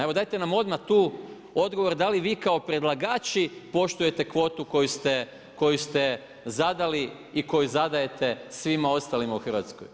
Evo dajte nam odmah tu odgovor, da li vi kao predlagači poštujete kvotu koju ste zadali i koju zadajte svima ostalima u Hrvatskoj.